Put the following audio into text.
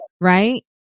right